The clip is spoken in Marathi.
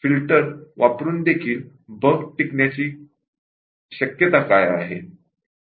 फिल्टर वापरुनदेखील बग टिकण्याची शक्यता काय आहे